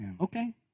Okay